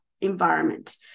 environment